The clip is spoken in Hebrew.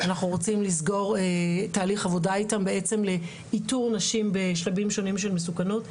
אנחנו רוצים לסגור איתם בעצם לאיתור נשים בשלבים שונים של מסוכנות.